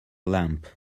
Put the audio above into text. lamp